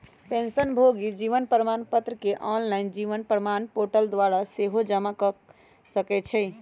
पेंशनभोगी जीवन प्रमाण पत्र के ऑनलाइन जीवन प्रमाण पोर्टल द्वारा सेहो जमा कऽ सकै छइ